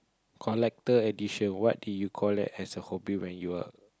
collector edition what did you collect as a hobby when you were